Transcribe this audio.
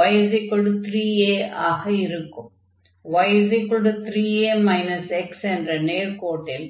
y3a x என்ற நேர்க்கோட்டில்